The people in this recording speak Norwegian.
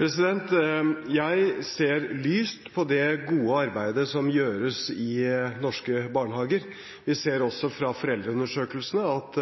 Jeg ser lyst på det gode arbeidet som gjøres i norske barnehager. Vi ser også fra foreldreundersøkelsene at